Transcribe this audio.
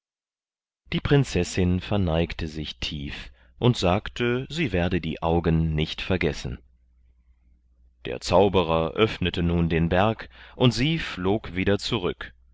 die prinzessin verneigte sich tief und sagte sie werde die augen nicht vergessen der zauberer öffnete nun den berg und sie flog wieder zurück